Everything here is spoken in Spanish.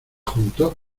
juntos